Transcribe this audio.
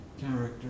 character